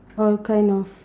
all kind of